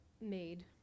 made